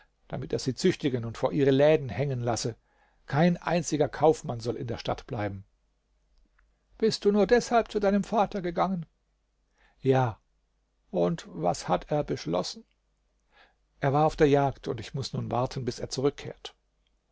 damit er sie züchtigen und vor ihre läden hängen lasse kein einziger kaufmann soll in der stadt bleiben bist du nur deshalb zu deinem vater gegangen ja und was hat er beschlossen er war auf der jagd und ich muß nun warten bis er zurückkehrt